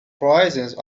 horizons